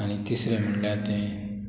आनी तिसरें म्हणल्यार तें